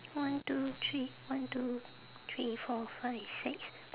one two three one two three four five six